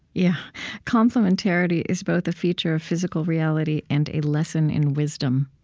yeah complementarity is both a feature of physical reality and a lesson in wisdom.